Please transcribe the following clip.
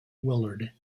willard